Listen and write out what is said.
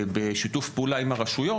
בשיתוף פעולה עם הרשויות,